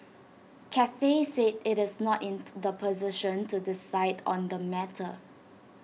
Cathay said IT is not in the position to decide on the matter